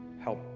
help